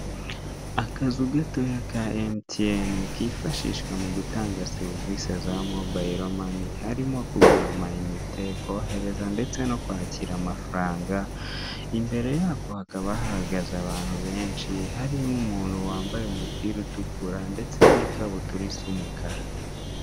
Akazu gatoya ka mtn kifashishwa mu gutanga serivisi za mobile mone; harimo kugura amayinite kohereza ndetse no kwakira amafaranga imbere yako hakaba hahagaze abantu benshi harimo umuntu wambaye umupira utukura ndetse n'ikabutura isa umukara.